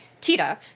Tita